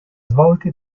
svolti